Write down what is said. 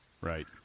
Right